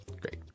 great